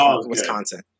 Wisconsin